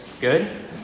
Good